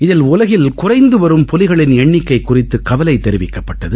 இதில் உலகில் குறைந்துடவரும் புலிகளின் எண்ணிக்கை குறித்துடகவலை தெரிவிக்கப்பட்டது